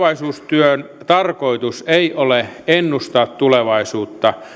verotukseen tulevaisuustyön tarkoitus ei ole ennustaa tulevaisuutta